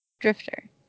Drifter